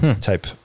type